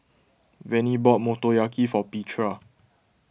Vennie bought Motoyaki for Petra